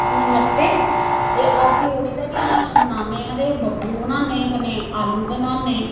नमस्ते एह् अस लोह्ड़ी दा ध्यार मनाने आं ते बब्बरू बनाने कन्नै आलूं बनाने